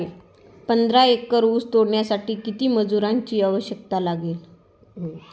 पंधरा एकर ऊस तोडण्यासाठी किती मजुरांची आवश्यकता लागेल?